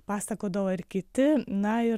pasakodavo ir kiti na ir